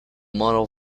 model